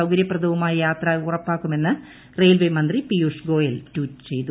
സൌകര്യപ്രദവുമായ യാത്ര ഉറപ്പാക്കുമെന്ന് റെയിൽവേ മന്ത്രി പിയൂഷ് ഗോയൽ ട്വീറ്റ് ചെയ്തു